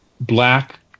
black